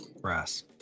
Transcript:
brass